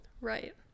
Right